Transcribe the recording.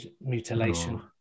mutilation